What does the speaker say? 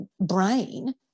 brain